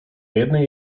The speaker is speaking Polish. jednej